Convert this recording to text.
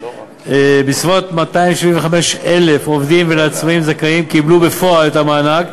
בסביבות 275,000 עובדים ועצמאים זכאים קיבלו בפועל את המענק,